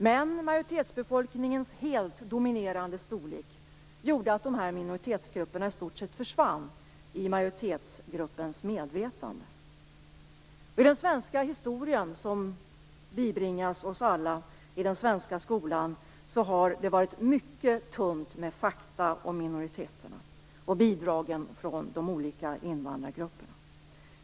Men majoritetsbefolkningens helt dominerande storlek gjorde att dessa minoritetsgrupper i stort sett försvann ur majoritetsgruppens medvetande. I den svenska historien, som bibringas oss alla i den svenska skolan, har det varit mycket tunt med fakta om minoriteterna och bidrag från de olika invandrargrupperna.